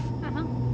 (uh huh)